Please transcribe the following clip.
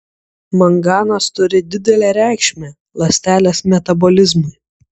manganas turi didelę reikšmę ląstelės metabolizmui